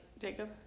Jacob